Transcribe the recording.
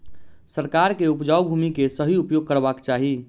सरकार के उपजाऊ भूमि के सही उपयोग करवाक चाही